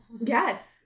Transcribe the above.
Yes